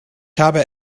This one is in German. habe